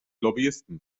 lobbyisten